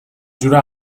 جوره